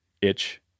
itch